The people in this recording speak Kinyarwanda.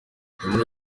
muri